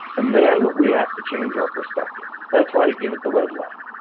and then we have to change our perspective. that's why i give it the red light.